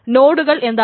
നോടുകൾ എന്താണ്